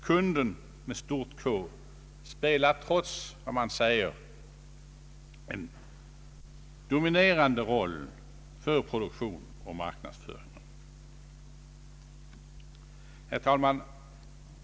Kunden — med stort K — spelar trots vad man säger en dominerande roll för produktion och marknadsföring. Herr talman!